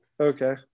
Okay